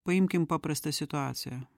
paimkim paprastą situaciją